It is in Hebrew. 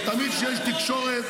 ותמיד כשיש תקשורת,